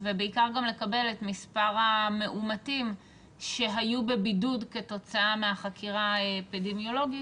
ובעיקר גם לקבל את מספר המאומתים שהיו בבידוד כתוצאה מהחקירה האפידמיולוגית